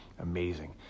amazing